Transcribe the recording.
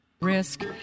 Risk